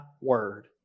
Word